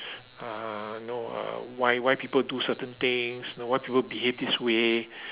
uh no uh why why people do certain things know why people behave this way